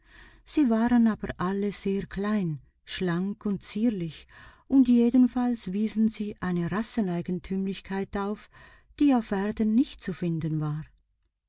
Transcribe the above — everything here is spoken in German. sie waren aber alle sehr klein schlank und zierlich und jedenfalls wiesen sie eine rasseneigentümlichkeit auf die auf erden nicht zu finden war